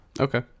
Okay